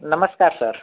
नमस्कार सर